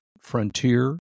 Frontier